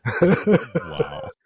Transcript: Wow